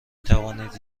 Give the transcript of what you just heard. توانید